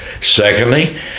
Secondly